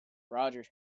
roger